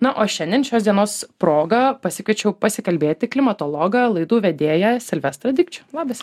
na o šiandien šios dienos proga pasikviečiau pasikalbėti klimatologą laidų vedėją silvestrą dikčių labas